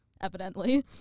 evidently